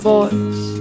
voice